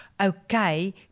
okay